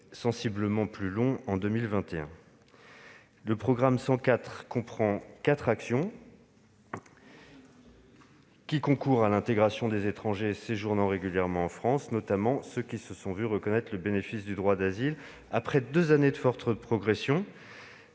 Le programme 104 comprend quatre actions concourant à l'intégration des étrangers séjournant régulièrement en France, notamment ceux qui se sont vu reconnaître le bénéfice du droit d'asile. Après deux années de forte progression-